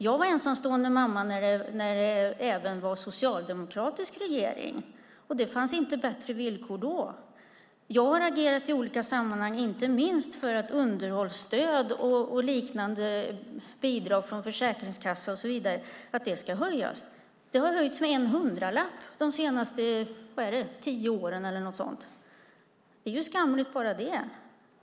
Jag var ensamstående mamma när det var socialdemokratisk regering, och det var inte bättre villkor då. Jag har agerat i olika sammanhang inte minst för att underhållsstöd och liknande bidrag från Försäkringskassan och så vidare ska höjas. Det har höjts med en hundralapp de senaste tio åren eller något sådant. Det är skamligt bara det.